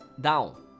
down